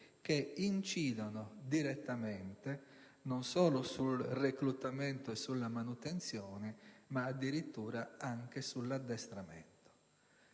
che incidono direttamente non solo sul reclutamento e sulla manutenzione, ma addirittura anche sull'addestramento.